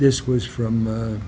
this was from